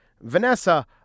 Vanessa